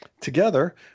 Together